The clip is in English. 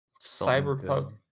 Cyberpunk